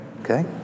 Okay